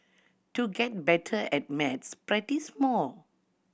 to get better at maths practise more